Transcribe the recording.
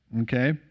okay